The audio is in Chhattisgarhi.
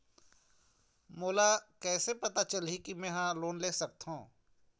मोला कइसे पता चलही कि मैं ह लोन ले सकथों?